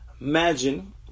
Imagine